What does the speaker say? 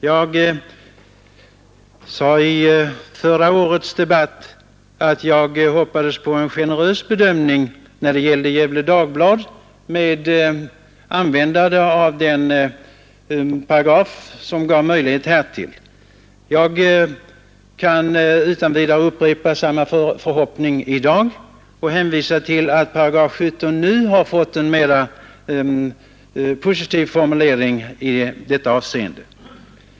Jag sade i förra årets debatt att jag hoppades på en generös bedömning när det gällde Gefle Dagblad med användande av den paragraf som gav möjlighet härtill. Jag kan utan vidaree upprepa samma förhoppning i dag och hänvisa till att § 17 nu får en mer positiv formulering i detta avseende.